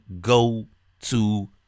go-to